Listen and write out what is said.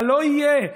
לא יהיה.